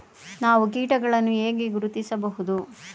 ನಾವು ಕೀಟಗಳನ್ನು ಹೇಗೆ ಗುರುತಿಸಬಹುದು?